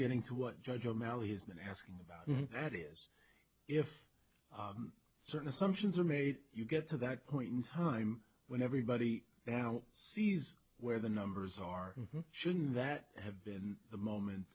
getting through what judge o'malley has been asking about that is if certain assumptions are made you get to that point in time when everybody now sees where the numbers are shouldn't that have been the moment